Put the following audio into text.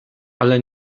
ale